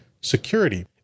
security